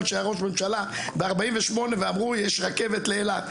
שהיה ראש ממשלה ב-1948 ואמרו יש רכבת לאילת,